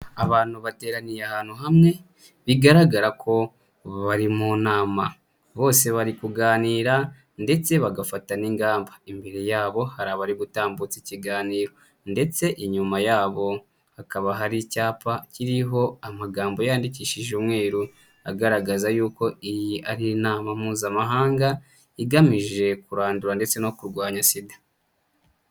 Abantu bateraniye ahantu hamwe bigaragara ko bari mu nama. bose bari kuganira ndetse bagafata n'ingamba. imbere yabo hari abari gutambutsa ikiganiro ndetse inyuma yabo hakaba hari icyapa kiriho amagambo yandikishije umweru agaragaza yuko iyi ari inama mpuzamahanga igamije kurandura ndetse no kurwanya sida.